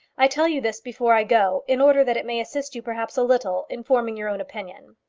i tell you this before i go in order that it may assist you perhaps a little in forming your own opinion.